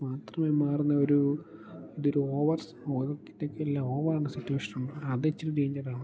മാത്രമായി മാറുന്ന ഒരൂ ഇത് ഒരു ഓവേർസ് ഓവർ അണ്ടർ സിറ്റുവേഷനാണ് അത് ഇച്ചിരി ഡെയിഞ്ചറാണ്